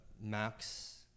Max